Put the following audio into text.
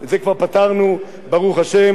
את זה כבר פתרנו, ברוך השם.